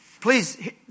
Please